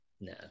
No